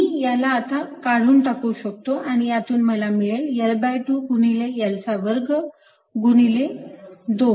मी याला आता काढून टाकू शकतो आणि यातून मला मिळेल L2 गुणिले L चा वर्ग गुणिले 2